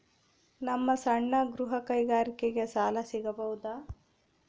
ನಮ್ಮ ಸಣ್ಣ ಗೃಹ ಕೈಗಾರಿಕೆಗೆ ಸಾಲ ಸಿಗಬಹುದಾ?